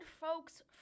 folks